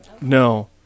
No